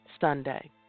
sunday